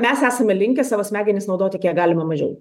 mes esame linkę savo smegenis naudoti kiek galima mažiau